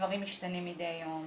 דברים משתנים מדי יום,